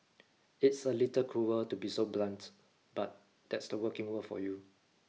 it's a little cruel to be so blunt but that's the working world for you